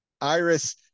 Iris